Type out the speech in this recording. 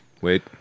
Wait